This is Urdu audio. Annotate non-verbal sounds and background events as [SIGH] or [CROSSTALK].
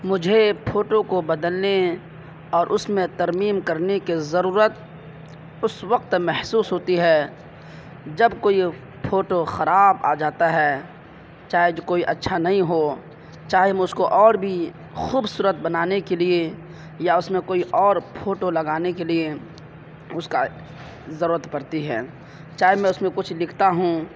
مجھے فوٹو کو بدلنے اور اس میں ترمیم کرنے کی ضرورت اس وقت محسوس ہوتی ہے جب کوئی فوٹو خراب آ جاتا ہے چاہے [UNINTELLIGIBLE] کوئی اچّھا نہیں ہو چاہے مجھ کو اور بھی خوبصورت بنانے کے لیے یا اس میں کوئی اور فوٹو لگانے کے لیے اس کا ضرورت پڑتی ہے چاہے میں اس میں کچھ لکھتا ہوں